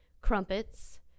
crumpets